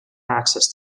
access